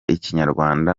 ikinyarwanda